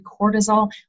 cortisol